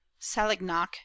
Salignac